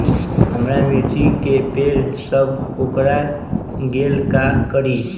हमारा मिर्ची के पेड़ सब कोकरा गेल का करी?